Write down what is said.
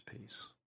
peace